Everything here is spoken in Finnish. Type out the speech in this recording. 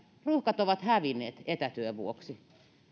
ruuhkat ovat hävinneet etätyön vuoksi